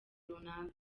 runaka